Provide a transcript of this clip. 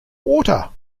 water